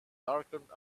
darkened